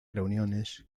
reuniones